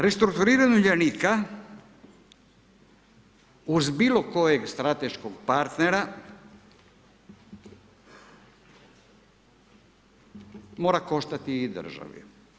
Restrukturiranje Uljanika uz bilokojeg strateškog partnera mora koštati i državu.